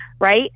right